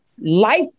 life